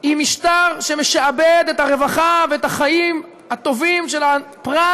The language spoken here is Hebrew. עם משטר שמשעבד את הרווחה ואת החיים הטובים של הפרט